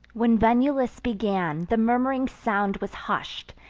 when venulus began, the murmuring sound was hush'd,